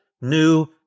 new